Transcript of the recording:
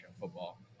football